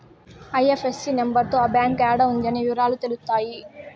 IFSC number తో ఆ bank యాడా ఉంది అనే అన్ని ఇవరాలు తెలుత్తాయి